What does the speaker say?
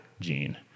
gene